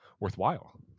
worthwhile